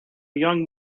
young